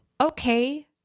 Okay